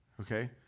Okay